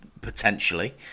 potentially